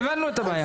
הבנו את הבעיה.